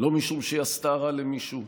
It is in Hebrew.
לא משום שהיא עשתה רע למישהו,